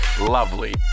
lovely